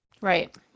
Right